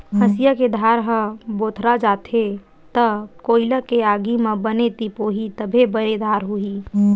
हँसिया के धार ह भोथरा जाथे त कोइला के आगी म बने तिपोही तभे बने धार होही